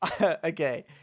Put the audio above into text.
Okay